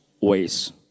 ways